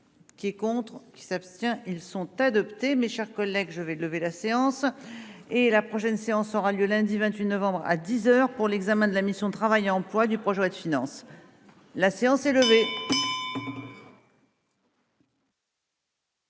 qui est contre qui s'abstient ils sont adoptés, mes chers collègues, je vais lever la séance, et la prochaine séance aura lieu lundi 28 novembre à 10 heures pour l'examen de la mission Travail emploi du projet de finances, la séance est levée.